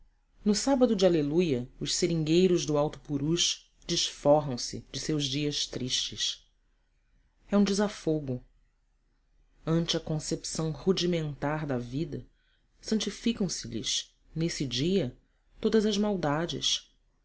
no sábado da aleluia os seringueiros do alto purus desforram se de seus dias tristes é um desafogo ante a concepção rudimentar da vida santificam se lhes nesse dia todas as maldades